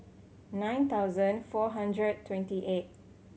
nine thousand four hundred twenty eight